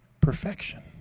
perfection